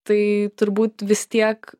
tai turbūt vis tiek